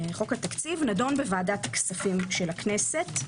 חוק התקציב נדון בוועדת הכספים של הכנסת.